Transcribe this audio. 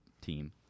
team